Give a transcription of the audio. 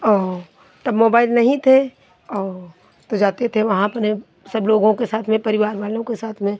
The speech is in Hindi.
और तब मोबाइल नहीं थे और तो जाते थे वहाँ अपने सब लोगों के साथ में परिवार वालों के साथ में